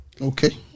Okay